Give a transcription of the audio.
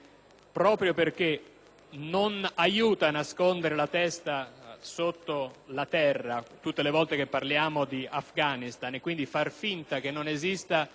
proprio perché non aiuta nascondere la testa sotto la terra tutte le volte che parliamo di Afghanistan e, quindi, far finta che non esista